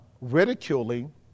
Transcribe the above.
ridiculing